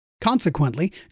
Consequently